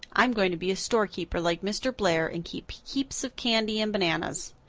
i'm going to be a storekeeper, like mr. blair, and keep heaps of candy and bananas.